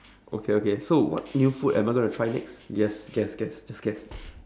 okay okay so what new food am I going to try next yes guess guess just guess